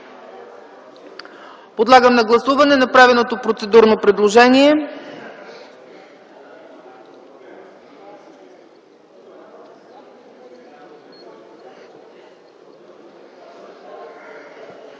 Подлагам на гласуване направеното процедурно предложение.